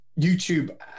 YouTube